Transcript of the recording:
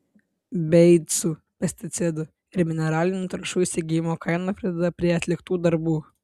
beicų pesticidų ir mineralinių trąšų įsigijimo kaina pridėta prie atliktų darbų